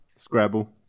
Scrabble